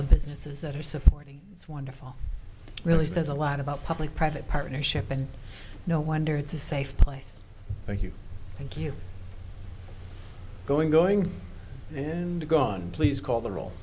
the businesses that are support it's wonderful really says a lot about public private partnership and no wonder it's a safe place thank you thank you going going and gone please call the r